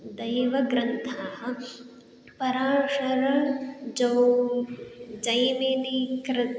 दैवग्रन्थाः पराशरज्योतिषं जैमिनिकृतम्